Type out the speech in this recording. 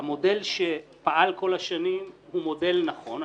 והמודל שפעל כל השנים הוא מודל נכון.